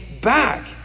back